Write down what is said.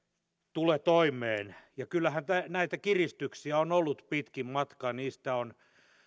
tule toimeen kyllähän näitä kiristyksiä on ollut pitkin matkaa niistä on